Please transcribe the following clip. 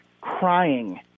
crying